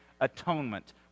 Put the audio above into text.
atonement